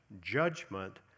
judgment